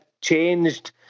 changed